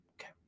Okay